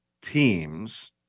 teams